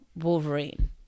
Wolverine